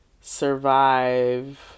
survive